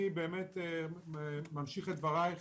אני ממשיך את דברייך